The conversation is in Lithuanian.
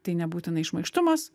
tai nebūtinai šmaikštumas